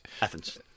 Athens